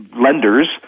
lenders